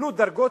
קיבלו דרגות.